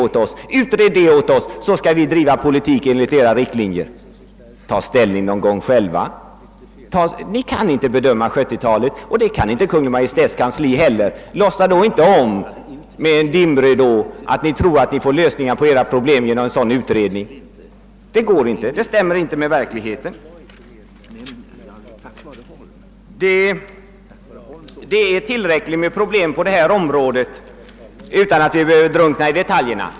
Ni säger: »Utred det och det åt oss, så skall vi sedan driva politik enligt era riktlinjer!» Ta ställning själva någon gång! Ni kan inte bedöma 1970-talet, och det kan inte heller Kungl. Maj:ts kansli. Låtsas då inte som om ni kan finna lösningar på era problem på en sådan utredning. Det går inte; det stämmer inte med verkligheten. Det finns tillräckligt med problem på detta område att behandla utan att vi behöver drunkna i detaljerna.